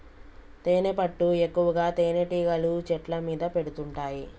తేనెపట్టు ఎక్కువగా తేనెటీగలు చెట్ల మీద పెడుతుంటాయి